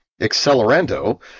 Accelerando